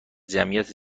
جمعیت